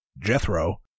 Jethro